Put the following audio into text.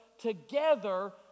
together